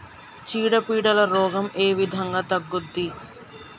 చీడ పీడల రోగం ఏ విధంగా తగ్గుద్ది?